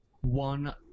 one